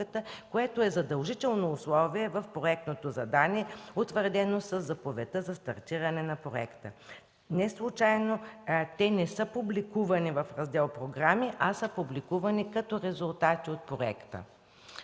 което е задължително условие в проектното задание, утвърдено със заповедта за стартиране на проекта. Неслучайно те не са публикувани в раздел „Програми”, а са публикувани като резултати от проекта.